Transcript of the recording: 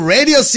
Radio